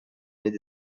mener